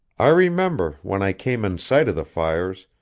i remember, when i came in sight of the fires,